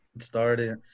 Started